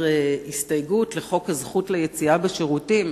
הסתייגות לחוק הזכות ליציאה לשירותים,